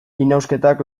inausketak